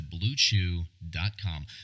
BlueChew.com